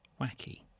wacky